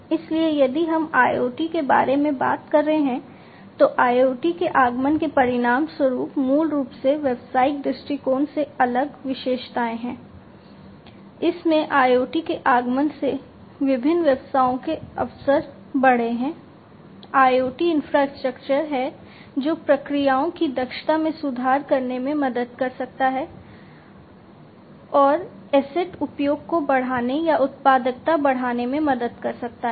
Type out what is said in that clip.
इसलिए यदि हम IoT के बारे में बात कर रहे हैं तो IoT के आगमन के परिणामस्वरूप मूल रूप से व्यावसायिक दृष्टिकोण से अलग उपयोग को बढ़ाने या उत्पादकता बढ़ाने में मदद कर सकता है